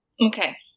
Okay